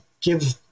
give